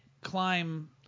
climb